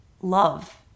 love